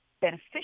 beneficial